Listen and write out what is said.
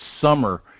summer